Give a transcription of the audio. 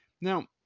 Now